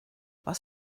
was